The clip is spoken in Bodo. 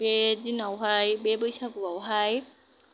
बे दिनावहाय बे बैसागुआवहाय